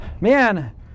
Man